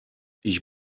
ich